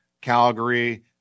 Calgary